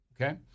Okay